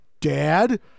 dad